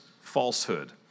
falsehood